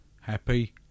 Happy